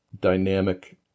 dynamic